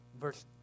verse